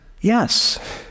yes